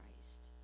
Christ